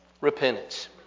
Repentance